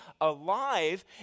alive